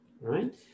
Right